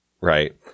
right